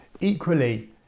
Equally